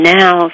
now